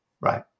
right